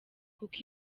kuko